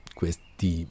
questi